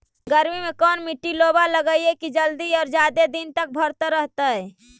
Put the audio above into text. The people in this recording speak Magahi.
गर्मी में कोन मट्टी में लोबा लगियै कि जल्दी और जादे दिन तक भरतै रहतै?